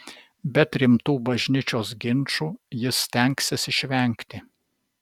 bet rimtų bažnyčios ginčų ji stengsis išvengti